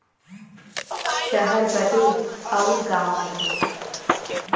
सहर बदे अउर गाँव बदे